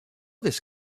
this